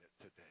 today